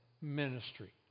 ministry